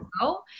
go